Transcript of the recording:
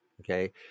okay